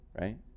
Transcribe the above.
right